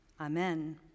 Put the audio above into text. Amen